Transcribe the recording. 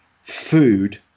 food